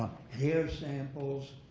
hair samples.